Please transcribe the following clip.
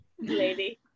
Lady